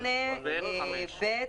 8(ב)(5)